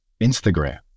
Instagram